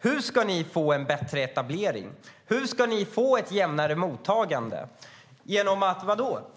Hur ska ni få en bättre etablering? Hur ska ni få ett jämnare mottagande? Ska ni